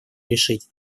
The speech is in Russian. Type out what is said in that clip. решить